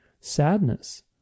sadness